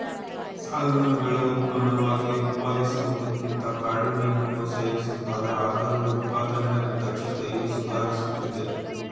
ಸಾಲ್ಮನ್ಗಳು ಉತ್ಪನ್ನವಾಗಿ ಉತ್ಪಾದಿಸುವುದಕ್ಕಿಂತ ಕಾಡು ಮೀನನ್ನು ಸೇವಿಸ್ತವೆ ಆದ್ರೂ ಉತ್ಪಾದನೆ ದಕ್ಷತೆಯು ಸುಧಾರಿಸ್ತಿದೆ